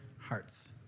hearts